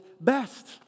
best